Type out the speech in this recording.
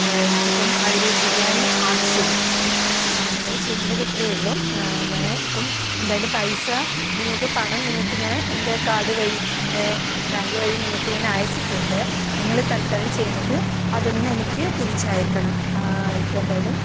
എനിക്കിപ്പം ആ ഒരു ബിരിയാണി ആവശ്യമില്ല അപ്പം നിങ്ങൽ ചെയ്യേണ്ടത് ഇത്രയേ ഉള്ളൂ ഞാൻ ഇപ്പം എന്തായാലും പൈസ നിങ്ങൾക്ക് പണം നിങ്ങൾക്ക് ഞാൻ എൻ്റെ കാർഡ് വഴി എൻ്റെ ബാങ്ക് വഴി നിങ്ങൾക്ക് ഞാൻ അയച്ചിട്ടുണ്ട് നിങ്ങൾ തൽക്കാലം ചെയ്യേണ്ടത് അതൊന്ന് എനിക്ക് തിരിച്ചയക്കണം ഇപ്പം എന്തായാലും